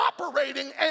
operating